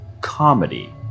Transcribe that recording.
comedy